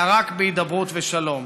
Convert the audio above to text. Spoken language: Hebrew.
אלא רק בהידברות ושלום.